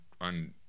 on